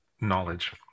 knowledge